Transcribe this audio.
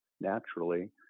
naturally